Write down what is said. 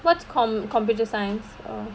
what's comp~ computer science orh